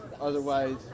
otherwise